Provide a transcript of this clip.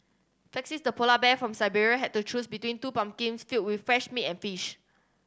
felix the polar bear from Siberia had to choose between two pumpkins filled with fresh meat and fish